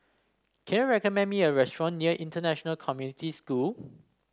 can you recommend me a restaurant near International Community School